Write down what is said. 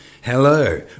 Hello